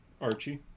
Archie